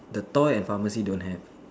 the toy and pharmacy don't have